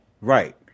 right